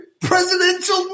presidential